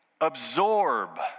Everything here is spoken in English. absorb